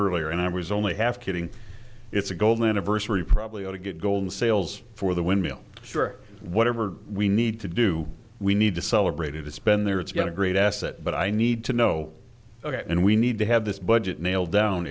earlier and i was only half kidding it's a golden anniversary probably ought to get gold sales for the windmill sure whatever we need to do we need to celebrate it to spend there it's got a great asset but i need to know and we need to have this budget nailed down